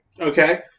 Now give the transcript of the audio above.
Okay